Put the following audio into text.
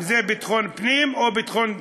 אם ביטחון פנים או ביטחון חוץ.